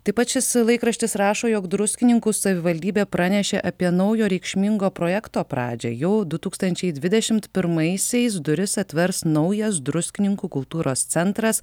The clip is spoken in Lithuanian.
taip pat šis laikraštis rašo jog druskininkų savivaldybė pranešė apie naujo reikšmingo projekto pradžią jau du tūkstančiai dvidešim pirmaisiais duris atvers naujas druskininkų kultūros centras